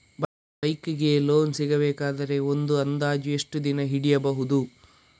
Bike ಗೆ loan ಸಿಗಬೇಕಾದರೆ ಒಂದು ಅಂದಾಜು ಎಷ್ಟು ದಿನ ಹಿಡಿಯಬಹುದು?